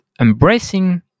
embracing